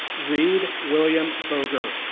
reed william boger.